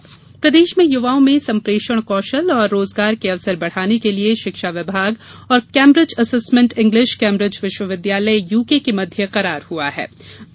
शिक्षा करार प्रदेश में युवाओं में संप्रेषण कौषल और रोजगार के अवसर बढ़ाने के लिये शिक्षा विभाग और केम्ब्रिज असेसमेंट इंग्लिश केम्ब्रिज विश्वविद्यालय यू के के मध्य करार पर हस्ताक्षर हुए हैं